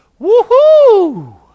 woohoo